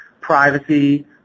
privacy